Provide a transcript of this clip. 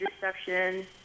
deception